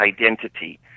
identity